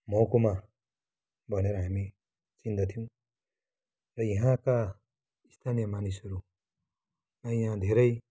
महकुमा भनेर हामी चिन्दथ्यौँ र यहाँका स्थानीय मानिसहरू नै यहाँ धेरै